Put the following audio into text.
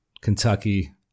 Kentucky